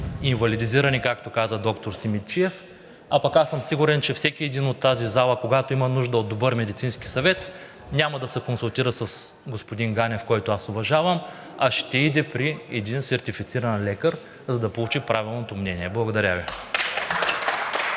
инвалидизирани, както каза доктор Симидчиев. Аз пък съм сигурен, че всеки един от тази зала, когато има нужда от добър медицински съвет, няма да се консултира с господин Ганев, който уважавам, а ще отиде при един сертифициран лекар, за да получи правилното мнение. Благодаря Ви.